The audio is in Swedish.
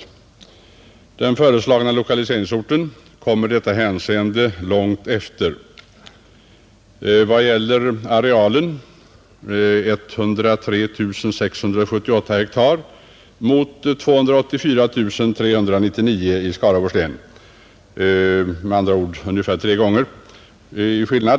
Den av utskottet föreslagna lokaliseringsorten kommer i detta hänseende långt efter. I vad gäller arealen har lokaliseringsortens län 103678 ha mot 284 399 ha i Skaraborgs län — med andra ord det sistnämnda länet ungefär tre gånger mer